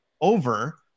over